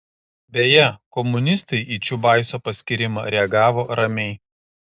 beje komunistai į čiubaiso paskyrimą reagavo ramiai